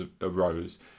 arose